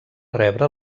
rebre